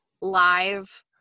live